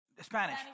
Spanish